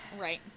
Right